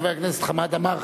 חבר הכנסת חמד עמאר,